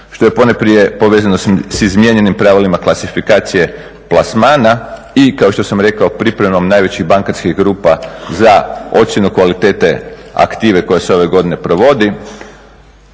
što je ponajprije povezano sa izmijenjenim pravilima klasifikacije plasmana i kao što sam rekao pripremom najvećih bankarskih grupa za ocjenu kvalitete aktive koja se ove godine provodi.